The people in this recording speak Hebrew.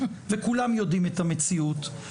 וכולם יודעים את המציאות,